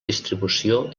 distribució